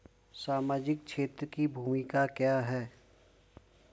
सामाजिक क्षेत्र की भूमिका क्या है?